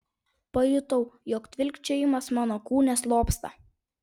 pajutau jog tvilkčiojimas mano kūne slopsta